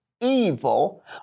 evil